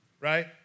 Right